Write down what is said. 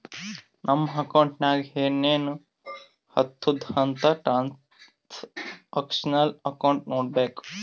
ನಮ್ ಅಕೌಂಟ್ನಾಗ್ ಏನೇನು ಆತುದ್ ಅಂತ್ ಟ್ರಾನ್ಸ್ಅಕ್ಷನಲ್ ಅಕೌಂಟ್ ನೋಡ್ಬೇಕು